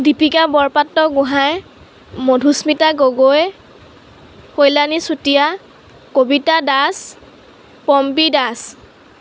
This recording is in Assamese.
দীপিকা বৰপাত্ৰ গোহাঁই মধুস্মিতা গগৈ কল্যাণী চুতিয়া কবিতা দাস পম্পী দাস